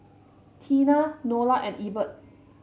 Teena Nola and Ebert